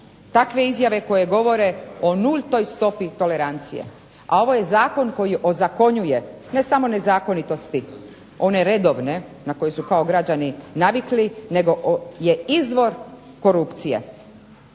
takve izjave koje govore o nultoj stopi tolerancije. A ovo je zakon koji ozakonjuje ne samo nezakonitosti one redovne na koje su kao građani navikli nego je izvor korupcije.